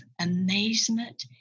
amazement